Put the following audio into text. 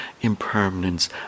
impermanence